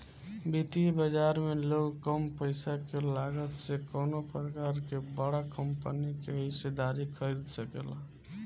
वित्तीय बाजार में लोग कम पईसा के लागत से कवनो प्रकार के बड़ा कंपनी के हिस्सेदारी खरीद सकेला